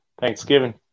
Thanksgiving